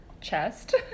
chest